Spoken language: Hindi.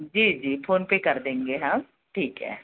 जी जी फोन पर कर देंगे हम ठीक है